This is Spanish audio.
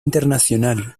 internacional